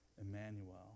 Emmanuel